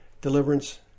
deliverance